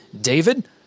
David